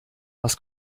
was